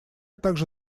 также